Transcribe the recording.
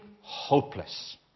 hopeless